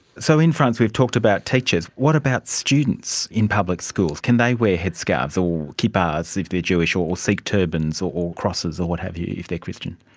so in france we've talked about teachers. what about students in public schools? can they wear headscarves or kipahs if they are jewish or or sikh turbans or or crosses or what have you if they're christian?